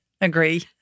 Agree